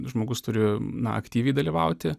žmogus turi na aktyviai dalyvauti